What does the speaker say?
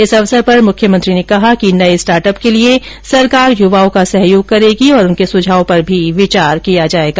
इस अवसर पर मुख्यमंत्री ने कहा कि नये स्टार्टअप के लिए सरकार युवाओं का सहयोग करेगी और उनके सुझाव पर भी विचार किया जाएगा